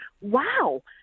wow